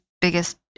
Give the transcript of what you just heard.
biggest